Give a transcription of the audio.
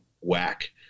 whack